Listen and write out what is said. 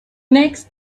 next